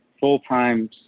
full-time